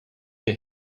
your